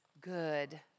good